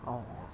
oh